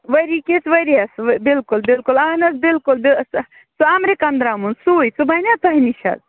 ؤری کِس ؤرۍیَس بِلکُل بِلکُل اَہَن حظ بِلکُل سُہ اَمریٖکَن درمُن سُے سُہ بَنیٛاہ تۄہہِ نِش